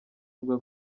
ivuga